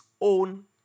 own